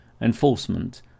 Enforcement